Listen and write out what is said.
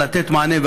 לתת מענה.